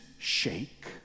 shake